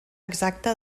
exacta